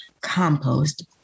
compost